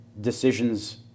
decisions